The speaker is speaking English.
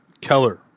Keller